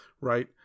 right